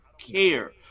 care